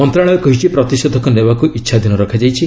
ମନ୍ତଶାଳୟ କହିଛି ପ୍ରତିଷେଧକ ନେବାକୁ ଇଚ୍ଛାଧୀନ ରଖାଯାଇଛି